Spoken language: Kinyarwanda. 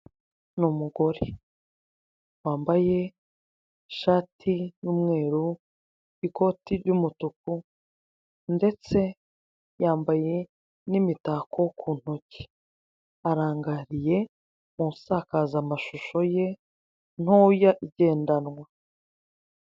Ni umugore. Wambaye ishati y'umweru, ikoti ry'umutuku, ndetse yambaye n'imitako ku ntoki. Arangariye mu nsakazamashusho ye ntoya, igendanwa.